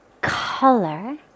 color